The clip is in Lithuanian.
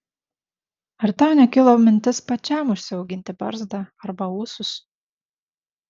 ar tau nekilo mintis pačiam užsiauginti barzdą arba ūsus